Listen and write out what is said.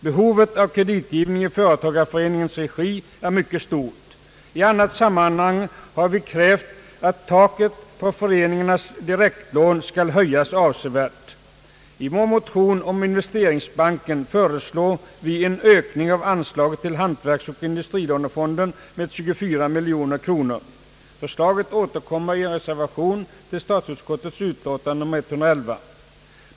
Behovet av kreditgivning i företagareföreningarnas regi är mycket stort. I annat sammanhang har vi krävt att taket på föreningarnas direktlån skall höjas avsevärt. I vår motion om investeringsbanken föreslår vi en ökning av anslaget till hantverksoch industrilånefonden med 24 miljoner kronor. Förslaget återkommer i en reservation till statsutskottets utlåtande or 111.